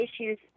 issues